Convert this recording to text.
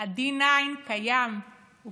הן נאלצות להתמודד כפליים עם המשבר הזה,